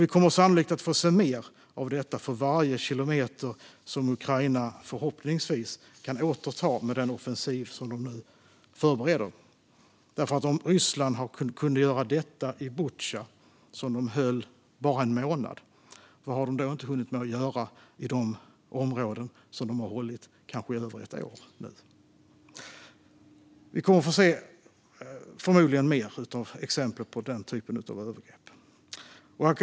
Vi kommer sannolikt att få se mer av detta för varje kilometer som Ukraina förhoppningsvis kan återta med den offensiv de nu förbereder. Om Ryssland kunde göra detta i Butja, som de höll i bara en månad, vad har de då inte hunnit göra i de områden de nu har hållit i kanske över ett år? Vi kommer förmodligen att få se fler exempel på den typen av övergrepp.